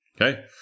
Okay